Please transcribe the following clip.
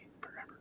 Forever